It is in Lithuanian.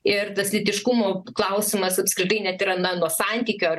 ir tas lytiškumo klausimas apskritai net yra na nuo santykio ar